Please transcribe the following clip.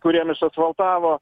kuriem išasfaltavo